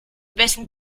wessen